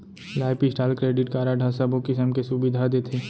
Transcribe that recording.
life style credit card ह सबो किसम के सुबिधा देथे